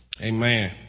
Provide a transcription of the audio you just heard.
Amen